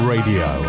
Radio